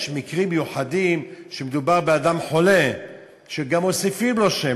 יש מקרים מיוחדים שמדובר באדם חולה שגם מוסיפים לו שם,